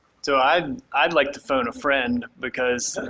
so i'd i'd like to phone a friend, because